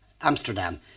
Amsterdam